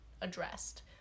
addressed